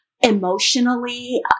emotionally